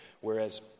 Whereas